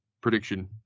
prediction